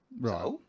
right